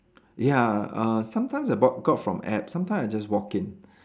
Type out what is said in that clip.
ya uh sometimes I bought got from app sometimes I just walk in